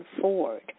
Ford